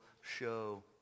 show